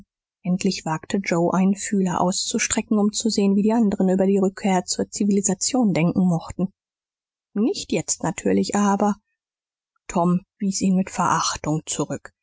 endlich wagte joe einen fühler auszustrecken um zu sehen wie die anderen über die rückkehr zur zivilisation denken mochten nicht jetzt natürlich aber tom wies ihn mit verachtung zurück